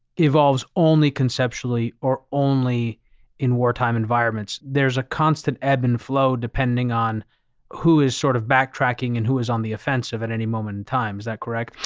evolves only conceptually or only in wartime environments. there's a constant ebb and flow depending on who is sort of backtracking and who is on the offensive at any moment in time. is that correct?